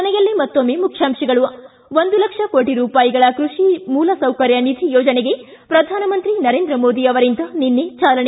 ಕೊನೆಯಲ್ಲಿ ಮತ್ತೊಮ್ನೆ ಮುಖ್ಯಾಂಶಗಳು ಿ ಒಂದು ಲಕ್ಷ ಕೋಟಿ ರೂಪಾಯಿಗಳ ಕೃಷಿ ಮೂಲ ಸೌಕರ್ಯ ನಿಧಿ ಯೋಜನೆಗೆ ಪ್ರಧಾನಮಂತ್ರಿ ನರೇಂದ್ರ ಮೋದಿ ಅವರಿಂದ ನಿನ್ನೆ ಚಾಲನೆ